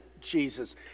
Jesus